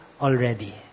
already